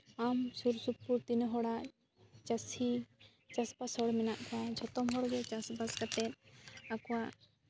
ᱟᱢ ᱥᱩᱨᱼᱥᱩᱯᱩᱨ ᱛᱤᱱᱟᱹᱜ ᱦᱚᱲᱟᱜ ᱪᱟᱹᱥᱤ ᱪᱟᱥᱼᱵᱟᱥ ᱦᱚᱲ ᱢᱮᱱᱟᱜ ᱠᱚᱣᱟ ᱡᱷᱚᱛᱚᱢ ᱦᱚᱲᱜᱮ ᱪᱟᱥᱼᱵᱟᱥ ᱠᱟᱛᱮ ᱟᱠᱚᱣᱟᱜ